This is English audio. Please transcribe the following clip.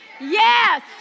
Yes